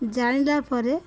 ଜାଣିଲା ପରେ